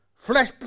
Flesh